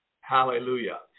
Hallelujah